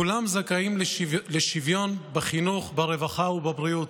כולם זכאים לשוויון בחינוך, ברווחה ובבריאות,